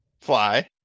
Fly